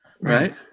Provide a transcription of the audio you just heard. right